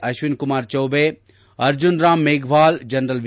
Ashwin Kumar Choubey Arjun Ram Meghwal general A